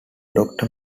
doctor